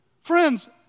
Friends